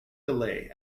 delay